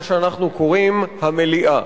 מה שאנחנו קוראים המליאה.